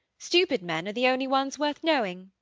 stupid men are the only ones worth knowing!